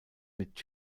mit